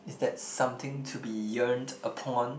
is that something to be yearned upon